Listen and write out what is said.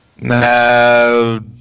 No